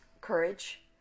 courage